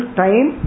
time